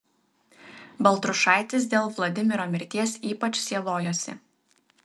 baltrušaitis dėl vladimiro mirties ypač sielojosi